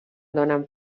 donen